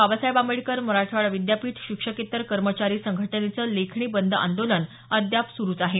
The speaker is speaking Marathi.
बाबासाहेब आंबेडकर मराठवाडा विद्यापीठ शिक्षकेतर कर्मचारी संघटनेचं लेखणी बंद आंदोलन अद्याप सुरूच आहे